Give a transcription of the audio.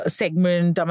segment